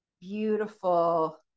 beautiful